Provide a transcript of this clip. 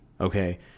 Okay